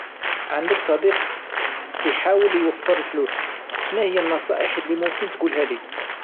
عندك صديق كيحاول يوفر الفلوس، شناهيا النصائح اللي ممكن تقولها ليه؟